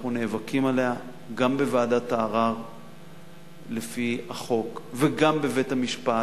אנחנו נאבקים עליה גם בוועדת הערר לפי החוק וגם בבית-המשפט.